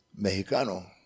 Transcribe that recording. Mexicano